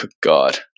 God